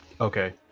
Okay